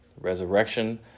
Resurrection